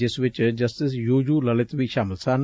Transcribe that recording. ਜਿਸ ਵਿਚ justice U U Lalit ਵੀ ਸ਼ਾਮਿਲ ਸਨ